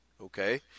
okay